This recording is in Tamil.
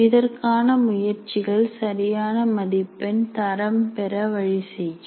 இதற்கான முயற்சிகள் சரியான மதிப்பெண் தரம் பெற வழி செய்யும்